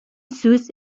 сүз